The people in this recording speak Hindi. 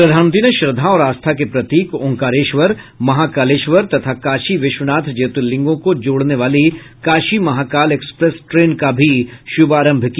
प्रधानमंत्री ने श्रद्धा और आस्था के प्रतीक ओंकारेश्वर महाकालेश्वर तथा काशी विश्वनाथ ज्योतिर्लिंगों को जोड़ने वाली काशी महाकाल एक्सप्रेस ट्रेन का भी शुभारंभ किया